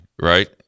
Right